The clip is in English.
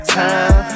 time